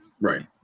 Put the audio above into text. Right